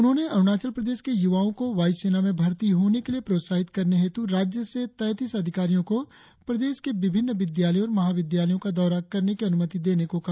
उन्होंने अरुणाचल प्रदेश के युवाओं को वायू सेना में भर्ती होने के लिए प्रोत्साहित करने हेतु राज्य से तैतीस अधिकारियों को प्रदेश के विभिन्न विद्यालयों और महाविद्यालयों का दौरा करने की अनुमति देने को कहा